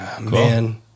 Man